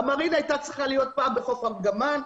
המרינה הייתה צריכה להיות פעם בחוף ארגמן,